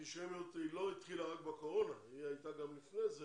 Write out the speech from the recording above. האנטישמיות לא התחילה רק בתקופת הקורונה אלא היא הייתה גם קודם לכן,